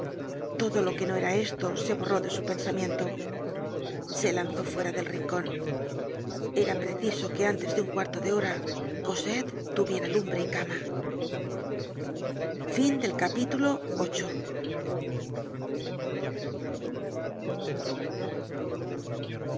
todo lo que no era esto se borró de su pensamiento se lanzó fuera del rincon era preciso que antes de un cuarto de hora cosette tuviera lumbre y cama